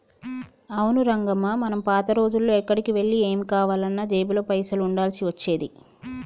అవును రంగమ్మ మనం పాత రోజుల్లో ఎక్కడికి వెళ్లి ఏం కావాలన్నా జేబులో పైసలు ఉండాల్సి వచ్చేది